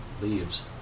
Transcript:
leaves